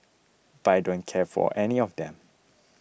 but I don't care for any of them